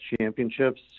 Championships